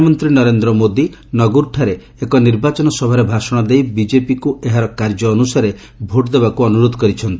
ପ୍ରଧାନମନ୍ତ୍ରୀ ନରେନ୍ଦ୍ର ମୋଦି ନଗଉର୍ଠାରେ ଏକ ନିର୍ବାଚନ ସଭାରେ ଭାଷଣ ଦେଇ ବିଜେପିକୁ ଏହାର କାର୍ଯ୍ୟ ଅନୁସାରେ ଭୋଟ ଦେବାକୁ ଅନୁରୋଧ କରିଛନ୍ତି